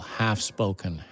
half-spoken